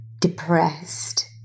depressed